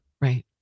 Right